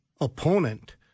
opponent